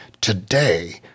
today